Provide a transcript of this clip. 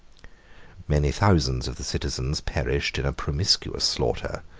many thousands of the citizens perished in a promiscuous slaughter,